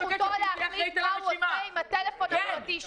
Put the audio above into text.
זכותו של אדם להחליט מה הוא עושה עם הטלפון שלו.